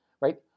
right